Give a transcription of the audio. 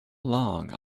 long